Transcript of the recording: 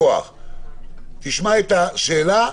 קיבלנו תשובה.